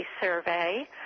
survey